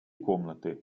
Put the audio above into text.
комнаты